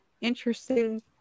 interesting